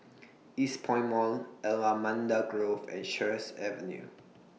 Eastpoint Mall Allamanda Grove and Sheares Avenue